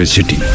City।